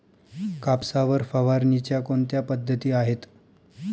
कापसावर फवारणीच्या कोणत्या पद्धती आहेत?